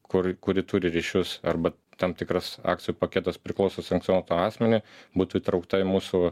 kur kuri turi ryšius arba tam tikras akcijų paketas priklauso sankcionuotam asmeniui būtų įtraukta į mūsų